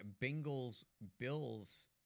Bengals-Bills